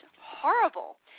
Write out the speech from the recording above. horrible